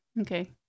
Okay